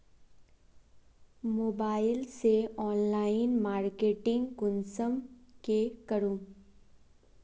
Mobile से online marketing कुंसम के करूम?